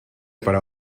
para